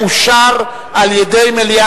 56 בעד, 30 נגד, אין נמנעים.